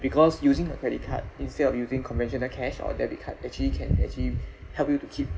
because using a credit card instead of using conventional cash or debit card actually can actually help you to keep